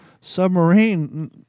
submarine